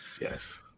yes